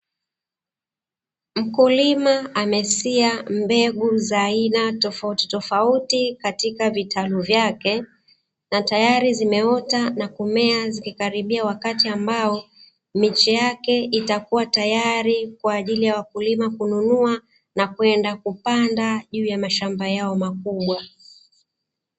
Mkulima amesia mbegu za aina tofautitofauti katika vitalu vyake, na tayari zimeota na kumea zikikaribia wakati ambao miche yake itakua tayari kwa ajili ya wakulima kununua na kwenda kupanda juu ya mashamba yao makubwa.